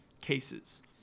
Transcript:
cases